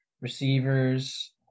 receivers